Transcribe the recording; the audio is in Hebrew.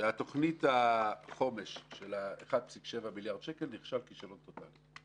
שתוכנית החומש של ה-1.7 מיליארד שקל נכשלה כישלון טוטאלי.